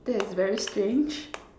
that is very strange